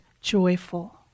joyful